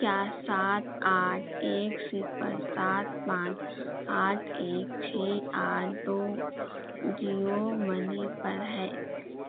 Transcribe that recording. کیا سات آٹھ ایک صفر سات پانچ آٹھ ایک چھ آٹھ دو جیو منی پر ہے